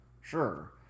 sure